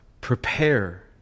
prepare